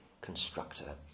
constructor